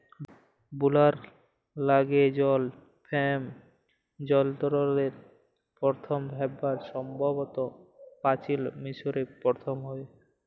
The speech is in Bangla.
বুলার ল্যাইগে জল ফেম যলত্রের পথম ব্যাভার সম্ভবত পাচিল মিশরে পথম হ্যয়